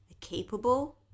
capable